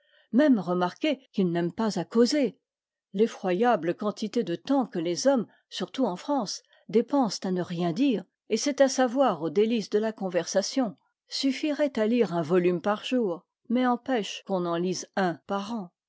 même remarquez qu'il n'aime pas à causer l'effroyable quantité de temps que les hommes surtout en france dépensent à ne rien dire et c'est à savoir aux délices de la conversation suffirait à lire un volume par jour mais empêche qu'on en lise un par